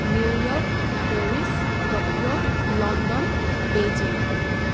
New York Paris Tokyo London basing